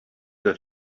that